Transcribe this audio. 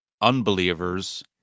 unbelievers